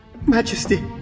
Majesty